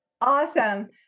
awesome